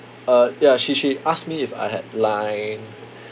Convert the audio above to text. uh ya she she asked me if I had line